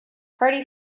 hearty